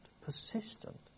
persistent